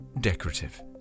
decorative